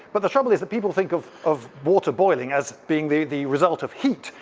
but the trouble is that people think of of water boiling as being the the result of heat.